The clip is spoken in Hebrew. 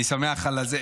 אני שמח על הזה.